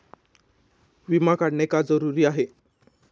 विमा काढणे का जरुरी आहे?